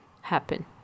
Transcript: happen